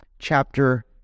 chapter